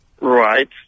Right